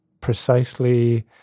precisely